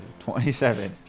27